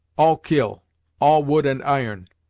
all kill all wood and iron.